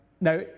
now